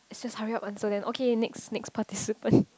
it's just hurry up answer then okay next next participant